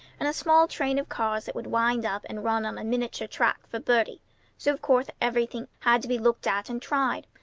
and a small train of cars that would wind up and run on a miniature track for bertie so of course everything had to be looked at and tried.